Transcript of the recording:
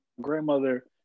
grandmother